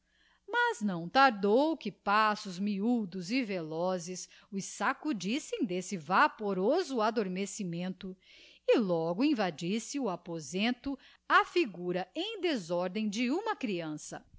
mas não tardou que passos miúdos e velozes os sacudissem d'esse vaporoso adormecimento e logo invadisse o aposento a figura em desordem de uma creança